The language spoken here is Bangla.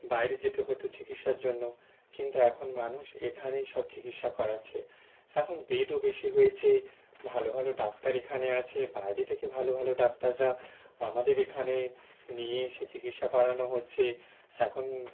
বাইরে যেতে হতো চিকিৎসার জন্য কিন্তু এখন মানুষ এখানেই সব চিকিৎসা করাচ্ছে এখন বেডও বেশি হয়েছে ভালো ভালো ডাক্তার এখানে আছে বাইরে থেকে ভালো ভালো ডাক্তাররা আমাদের এখানে নিয়ে এসে চিকিৎসা করানো হচ্ছে এখন